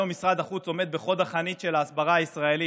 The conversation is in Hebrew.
היום משרד החוץ עומד בחוד החנית של ההסברה הישראלית.